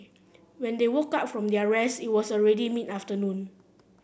when they woke up from their rest it was already mid afternoon